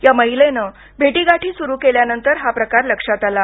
या महिलेने भेटीगाठी सुरु केल्यानंतर हा प्रकार लक्षात आला